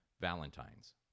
Valentine's